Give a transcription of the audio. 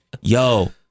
yo